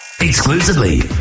Exclusively